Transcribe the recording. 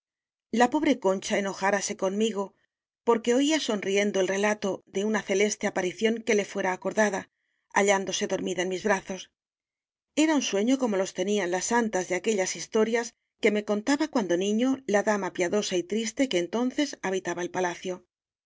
la pobre con cha enojárase conmigo porque oía sonriendo el relato de una celeste aparición que le fuera acordada hallándose dormida en mis brazos era un sueño como los tenían las santas de aquellas historias que me contaba cuando niño la dama piadosa y triste que entonces habitaba el palacio